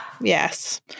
Yes